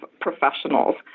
professionals